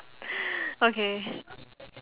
okay